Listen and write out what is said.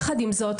יחד עם זאת,